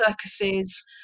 circuses